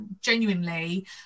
genuinely